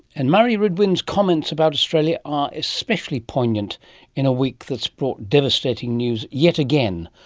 and mari rhydwen's comments about australia are especially poignant in a week that's brought devastating news, yet again,